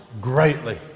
greatly